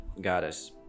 goddess